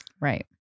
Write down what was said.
Right